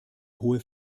hohe